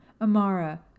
Amara